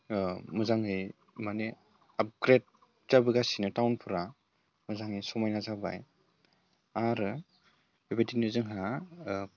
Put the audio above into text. मोजाङै माने आपग्रेड जाबोगासिनो टाउनफोरा मोजाङै समायना जाबाय आरो बेबायदिनो जोंहा